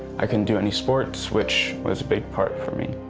i couldn't do any sports, which was a big part for me.